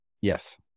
yes